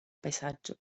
paesaggio